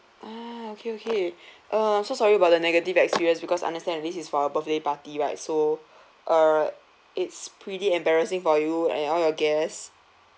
ah okay okay uh I'm so sorry about the negative experience because understand this is for a birthday party right so err it's pretty embarrassing for you and all your guests